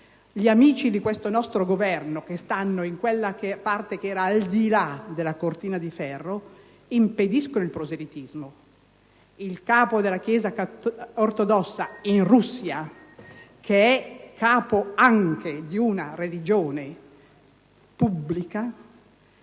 gli amici del nostro Governo che stanno al di là di quella che era la cortina di ferro impediscono il proselitismo. Il capo della Chiesa ortodossa in Russia, che è capo anche di una religione pubblica